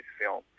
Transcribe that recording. film